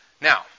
Now